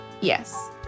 Yes